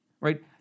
right